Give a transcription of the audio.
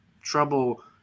trouble